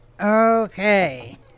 Okay